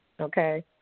Okay